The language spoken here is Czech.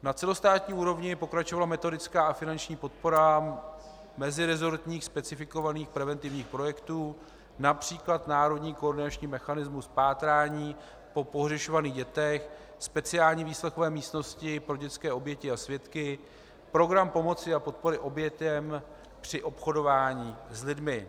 Na celostátní úrovni pokračovala metodická a finanční podpora meziresortních specifikovaných preventivních projektů, např. národní koordinační mechanismus pátrání po pohřešovaných dětech, speciální výslechové místnosti pro dětské oběti a svědky, program pomoci a podpory obětem při obchodování s lidmi.